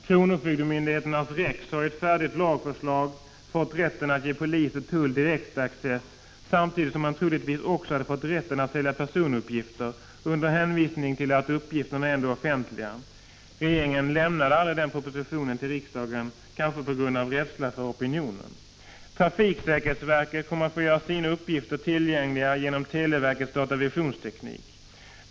Kronofogdemyndigheterna har i ett färdigt lagförslag fått rätten att via registret REX ge polis och tull s.k. direktaccess. Troligtvis skulle kronofogdemyndigheterna samtidigt ha fått rätten att sälja personuppgifter, med hänvisning till att uppgifterna ändå är offentliga. Regeringen lämnade aldrig denna proposition till riksdagen, kanske på grund av rädsla för opinionen. Trafiksäkerhetsverket kommer att få göra sina uppgifter tillgängliga genom televerkets datavisionsteknik.